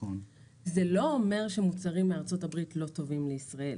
זה לא אומר שמוצרים מארצות הברית לא טובים לישראל.